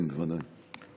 כן, בוודאי.